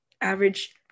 Average